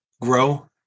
grow